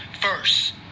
first